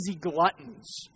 gluttons